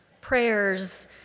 Prayers